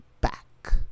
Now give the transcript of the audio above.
back